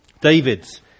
David's